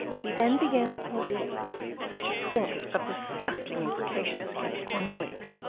he then began to pour forth such a torrent of disgusting imprecations against cornelius,